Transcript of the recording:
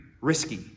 risky